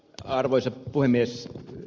arvoisa puhemies